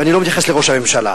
ואני לא מתייחס לראש הממשלה,